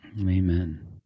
Amen